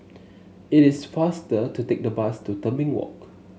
it is faster to take the bus to Tebing Walk